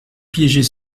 piéger